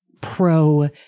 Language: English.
pro